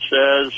says